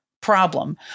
problem